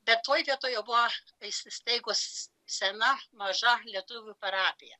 bet toj vietoj jau buvo įsisteigus sena maža lietuvių parapija